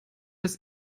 das